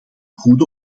goede